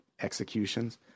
executions